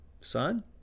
Son